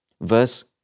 Verse